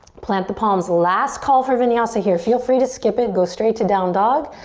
plant the palms. last call for vinyasa here. feel free to skip it, go straight to down dog.